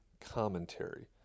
Commentary